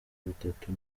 bitatu